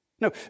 No